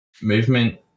Movement